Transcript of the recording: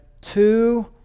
two